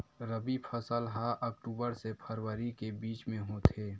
रबी फसल हा अक्टूबर से फ़रवरी के बिच में होथे